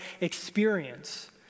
experience